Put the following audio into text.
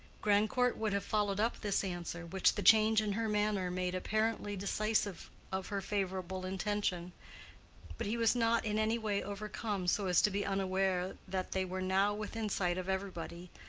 grandcourt would have followed up this answer, which the change in her manner made apparently decisive of her favorable intention but he was not in any way overcome so as to be unaware that they were now, within sight of everybody,